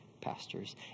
pastors